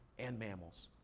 and mammals,